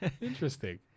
Interesting